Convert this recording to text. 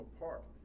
apart